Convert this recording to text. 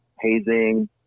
hazing